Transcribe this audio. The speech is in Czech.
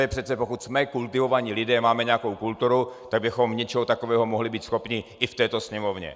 A že toho přece, pokud jsme kultivovaní lidé, máme nějakou kulturu, tak bychom něčeho takového mohli být schopni i v této Sněmovně.